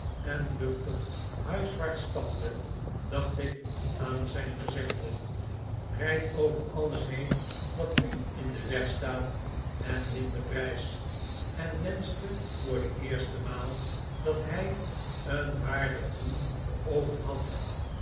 en luchtig huiswaarts stapte dacht ik aan zijn gezegde rijd over alles heen wat u in den weg staat en win den prijs en wenschte voor de eerste maal dat hij een waardig doel voor oogen had